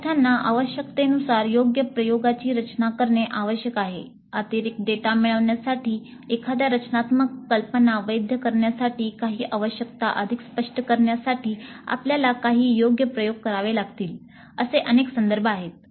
विद्यार्थ्यांना आवश्यकतेनुसार योग्य प्रयोगांची रचना करणे आवश्यक आहे अतिरिक्त डेटा मिळविण्यासाठी एखाद्या रचनात्मक कल्पना वैध करण्यासाठी काही आवश्यकता अधिक स्पष्ट करण्यासाठी आपल्याला काही योग्य प्रयोग करावे लागतील असे अनेक संदर्भ आहेत